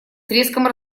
треском